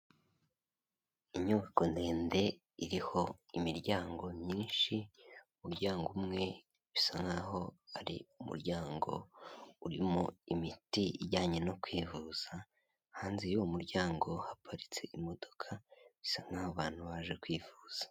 Inyubako ndende iriho imiryango myinshi, umuryango umwe bisa nk'aho ari umuryango urimo imiti ijyanye no kwivuza. Hanze y'uwo muryango haparitse imodoka bisa nk'aho abo abantu baje kwivuza.